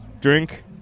Drink